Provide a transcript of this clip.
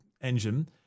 engine